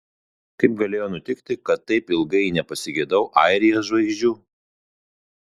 kaip galėjo nutikti kad taip ilgai nepasigedau airijos žvaigždžių